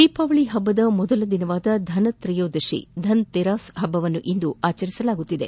ದೀಪಾವಳಿ ಹಬ್ಬದ ಮೊದಲ ದಿನವಾದ ಧನ ತ್ರಯೋದಶಿ ಹಬ್ಬವನ್ನು ಇಂದು ಆಚರಿಸಲಾಗುತ್ತಿದೆ